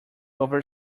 over